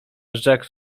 rzekł